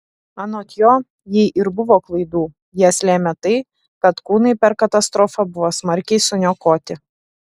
anot jo jei ir buvo klaidų jas lėmė tai kad kūnai per katastrofą buvo smarkiai suniokoti